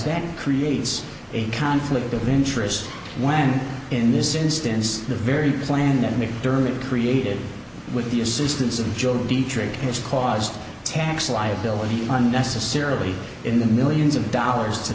that creates a conflict of interest when in this instance the very plan that mcdermott created with the assistance of joe dietrich has caused tax liability unnecessarily in the millions of dollars to